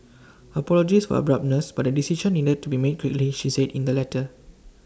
apologies for abruptness but A decision needed to be made quickly she said in the letter